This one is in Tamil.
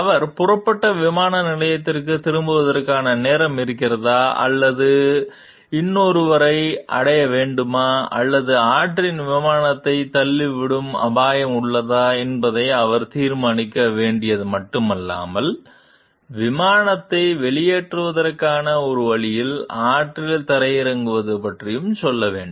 அவர் புறப்பட்ட விமான நிலையத்திற்குத் திரும்புவதற்கான நேரம் இருக்கிறதா அல்லது இன்னொருவரை அடைய வேண்டுமா அல்லது ஆற்றில் விமானத்தைத் தள்ளிவிடும் அபாயம் உள்ளதா என்பதை அவர் தீர்மானிக்க வேண்டியது மட்டுமல்லாமல் விமானத்தை வெளியேற்றுவதற்கான ஒரு வழியில் ஆற்றில் தரையிறங்குவது பற்றியும் செல்ல வேண்டும்